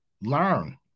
learn